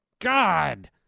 God